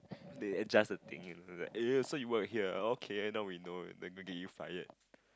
they adjust the thing eh so you work here ah okay now you then don't get you fired